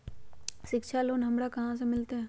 शिक्षा लोन हमरा कहाँ से मिलतै?